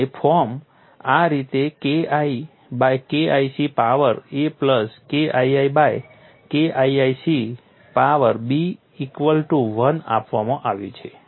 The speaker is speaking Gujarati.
અને ફોર્મ આ રીતે KI by KIC power a plus KII by KIIC power b equal to 1 આપવામાં આવ્યું છે